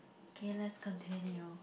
K let's continue